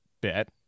bit